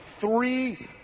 three